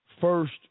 first